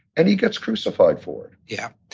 and he gets crucified for it. yeah.